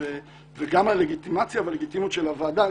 וגם על הלגיטימציה ועל הלגיטימיות של הוועדה.